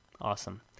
Awesome